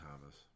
Thomas